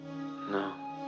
No